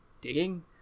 digging